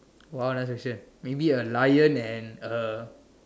!wow! a nice fusion maybe a lion and a